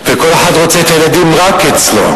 וכל אחד רוצה את הילדים רק אצלו.